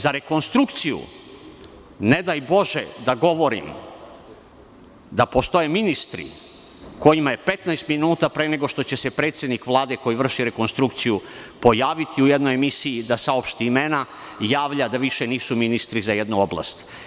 Za rekonstrukciju, ne daj Bože da govorim da postoje ministri kojima je 15 minuta pre nego što će se predsednik Vlade koji vrši rekonstrukciju pojaviti u jednoj emisiji da saopšti imena, javlja da više nisu ministri za jednu oblast.